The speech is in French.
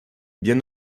bien